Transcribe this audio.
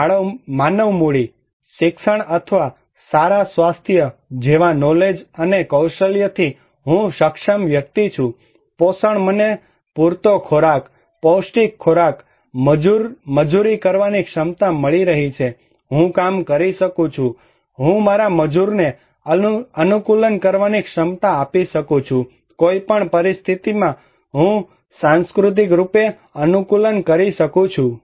અને માનવ મૂડી શિક્ષણ અથવા સારા સ્વાસ્થ્ય જેવા નોલેજ અને કૌશલ્ય થી હું સક્ષમ વ્યક્તિ છું પોષણ મને પૂરતો ખોરાક પૌષ્ટિક ખોરાક મજૂરી કરવાની ક્ષમતા મળી રહી છે હું કામ કરી શકું છું હું મારા મજૂરને અનુકૂલન કરવાની ક્ષમતા આપી શકું છું કોઈ પણ પરિસ્થિતિમાં હું સાંસ્કૃતિક રૂપે અનુકૂલન કરી શકું છું